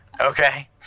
Okay